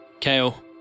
Kale